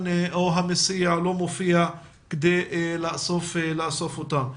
או המסיע לא מופיע כדי לאסוף אותם.